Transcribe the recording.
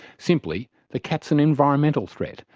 simply, the cat is an environmental threat,